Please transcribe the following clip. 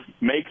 make